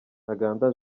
ntaganda